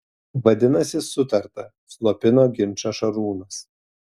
vadinasi sutarta slopino ginčą šarūnas